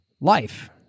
life